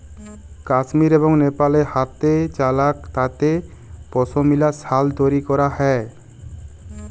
কাশ্মীর এবং লেপালে হাতেচালা তাঁতে পশমিলা সাল তৈরি ক্যরা হ্যয়